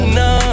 no